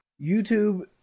YouTube